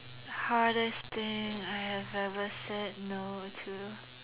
hardest thing I have ever said no to